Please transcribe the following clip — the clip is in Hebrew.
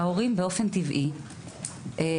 ההורים באופן טבעי בחרו,